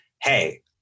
hey